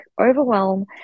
overwhelm